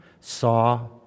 saw